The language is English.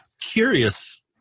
Curious